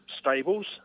stables